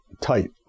tight